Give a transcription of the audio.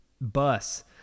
bus